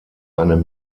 eine